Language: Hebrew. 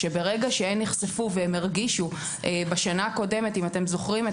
ברגע שהן נחשפו והן הרגישו בשנה הקודמת אם אתם זוכרים,